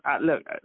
look